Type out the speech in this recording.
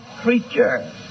creature